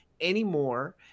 anymore